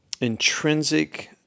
intrinsic